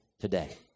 today